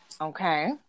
okay